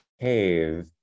cave